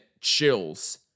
chills